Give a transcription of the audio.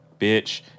Bitch